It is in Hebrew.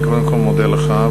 אני קודם כול מודה לך,